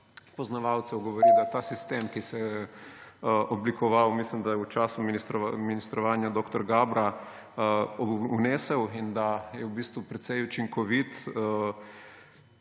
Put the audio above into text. poznavalcev pravi, da ta sistem, ki se je oblikoval, mislim da v času ministrovanja dr. Gabra, vnesel in da je v bistvu precej učinkovit,